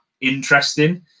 interesting